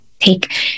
take